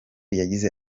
yagize